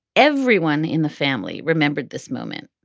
everyone in the family remembered this moment.